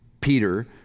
Peter